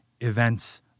events